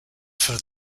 for